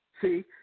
See